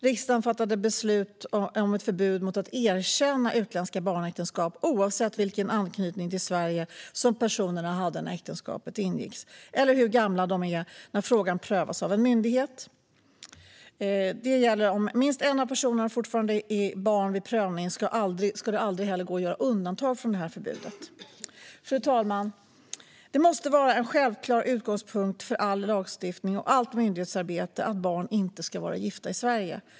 Riksdagen fattade beslut om ett förbud mot att erkänna utländska barnäktenskap, oavsett vilken anknytning till Sverige personerna hade när äktenskapet ingicks eller hur gamla de är när frågan prövas av en myndighet. Om minst en av personerna fortfarande är barn vid prövningen ska det heller aldrig gå att göra undantag från förbudet. Fru talman! Det måste vara en självklar utgångspunkt för all lagstiftning och allt myndighetsarbete att barn inte ska vara gifta i Sverige.